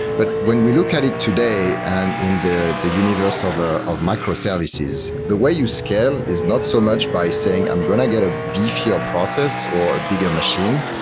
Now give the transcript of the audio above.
but when we look at it today and in the the universe of ah of microservices, the way you scale is not so much by saying i'm going to get a beefier process or a bigger machine.